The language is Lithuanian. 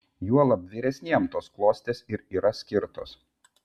juolab vyresniems tos klostės ir yra skirtos